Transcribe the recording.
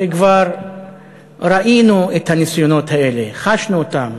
כבר ראינו את הניסיונות האלה, חשנו אותם